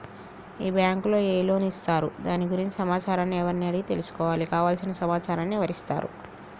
ఈ బ్యాంకులో ఏ లోన్స్ ఇస్తారు దాని గురించి సమాచారాన్ని ఎవరిని అడిగి తెలుసుకోవాలి? కావలసిన సమాచారాన్ని ఎవరిస్తారు?